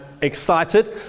excited